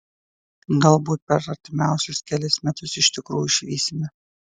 galbūt per artimiausius kelis metus iš tikrųjų išvysime